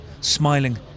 smiling